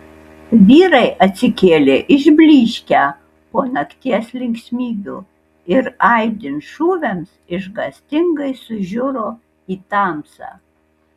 vyrai atsikėlė išblyškę po nakties linksmybių ir aidint šūviams išgąstingai sužiuro į tamsą